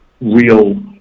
real